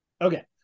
Okay